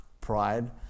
pride